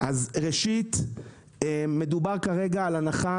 ראשית מדובר כרגע על הנחה,